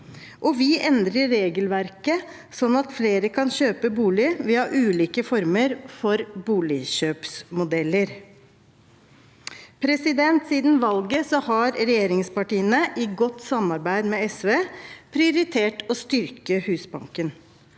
Vi endrer regelverket sånn at flere kan kjøpe bolig via ulike former for boligkjøpsmodeller. Siden valget har regjeringspartiene, i godt samarbeid med SV, prioritert å styrke Husbanken.